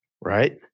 Right